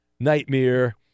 nightmare